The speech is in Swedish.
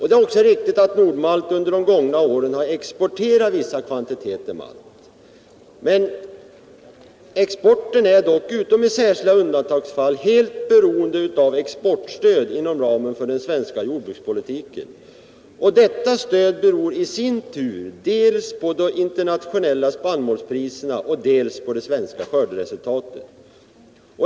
Det är riktigt att Nord-Malt under de gångna åren har exporterat vissa kvantiteter malt. Exporten är dock utom i särskilda undantagsfall helt beroende av exportstöd inom ramen för den svenska jordbrukspolitiken. Detta stöd beror i sin tur dels på de internationella spannmålspriserna, dels på det svenska skörderesultatet.